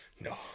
no